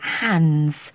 hands